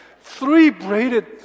three-braided